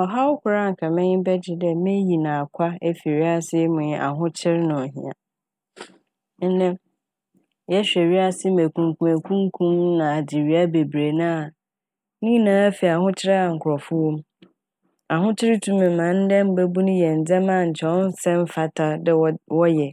Ɔhaw kor a anka m'enyi bɛgye dɛ meyi n' akwa efi wiase mu nye ahokyer na ohia. Ndɛ yɛhwɛ wiase mu ekumkumekumkum na adzewia bebree na a ne nyinara fi ahokyer a nkorɔfo wɔ m'. Ahokyer tum ma ndɛ mbabun yɛ ndzɛma a nkyɛ ɔnnsɛ mmfata dɛ wod- wɔyɛ.